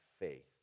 faith